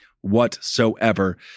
whatsoever